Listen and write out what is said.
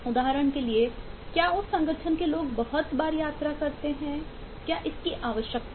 उदाहरण के लिए क्या उस संगठन के लोग बहुत बार यात्रा करते हैं क्या इसकी आवश्यकता है